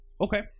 Okay